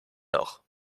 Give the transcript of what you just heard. noch